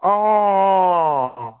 অঁ অঁ অঁ অঁ